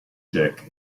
jack